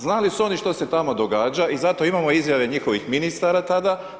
Znali su oni što se tamo događa i zato imamo izjave njihovih ministara tada.